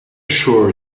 sure